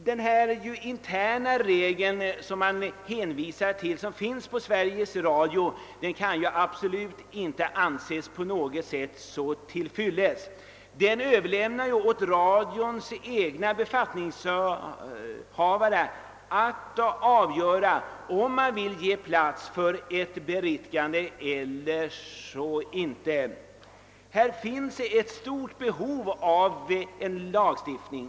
Den interna regeln för Sveriges Radio, vilken man hänvisar till, kan absolut inte anses vara till fyllest. Den överlämnar nämligen åt radions egna befattningshavare att avgöra, om de vill ge plats för ett beriktigande eller inte. Här finns ett stort behov av lagstiftining.